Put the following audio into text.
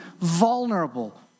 vulnerable